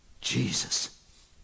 Jesus